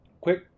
quick